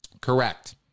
Correct